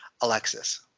Alexis